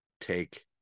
take